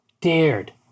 dared